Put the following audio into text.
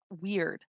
weird